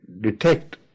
detect